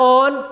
on